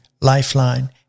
Lifeline